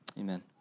Amen